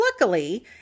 Luckily